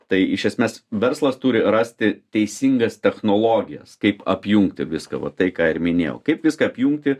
tai iš esmės verslas turi rasti teisingas technologijas kaip apjungti viską va tai ką ir minėjau kaip viską apjungti